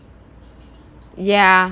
ya